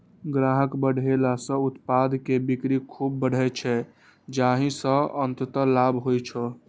ग्राहक बढ़ेला सं उत्पाद के बिक्री खूब बढ़ै छै, जाहि सं अंततः लाभ होइ छै